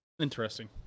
Interesting